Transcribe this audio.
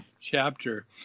chapter